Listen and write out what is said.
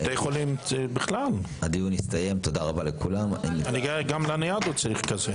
בתי חולים בכלל, גם לניאדו צריך כזה.